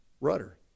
rudder